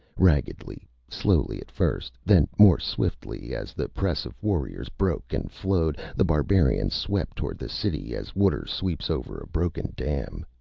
raggedly, slowly at first, then more swiftly as the press of warriors broke and flowed, the barbarians swept toward the city as water sweeps over a broken dam.